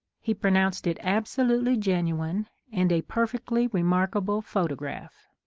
he pronounced it absolutely genuine and a perfectly remarkable photograph.